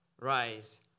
Rise